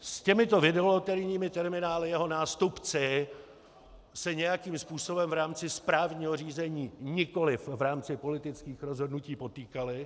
S těmito videoloterijními terminály jeho nástupci se nějakým způsobem v rámci správního řízení, nikoli v rámci politických rozhodnutí potýkali.